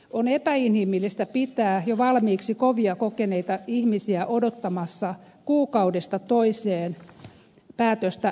on epäinhimillistä pitää jo valmiiksi kovia kokeneita ihmisiä odottamassa kuukaudesta toiseen päätöstä kohtalostaan